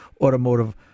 automotive